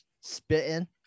spitting